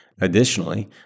Additionally